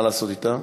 מה לעשות אתה?